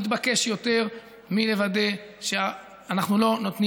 מתבקש יותר מלוודא שאנחנו לא נותנים